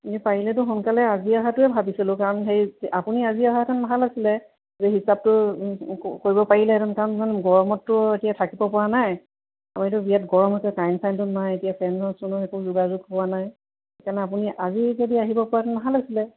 এনেই পাৰিলেতো সোনকালে আজি অহাটোৱে ভাবিছিলোঁ কাৰণ সেই আপুনি আজি অহাহেঁতেন ভাল আছিলে যে হিচাপটো কৰিব পাৰিলেহেঁতেন কাৰণ ইমান গৰমতততো এতিয়া থাকিব পৰা নাই আমাৰ এইটো বিৰাট গৰম হৈছে কাৰেণ্ট চাৰেনটো নাই এতিয়া ফেনৰ চেনৰ একো যোগাযোগ হোৱা নাই সেইকাৰণে আপুনি আজি যদি আহিব পৰাহেঁতেন ভাল আছিলে